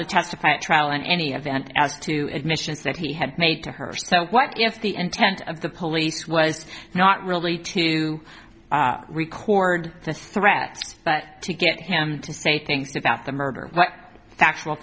to testify at trial in any event as to admissions that he had made to her so what if the intent of the police was not really to record the threat but to get him to say things about the murder right factual